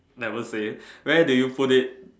never say where do you put it